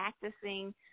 practicing